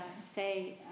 say